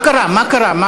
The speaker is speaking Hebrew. מה קרה?